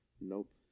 Nope